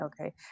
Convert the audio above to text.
Okay